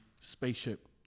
spaceship